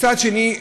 מצד שני,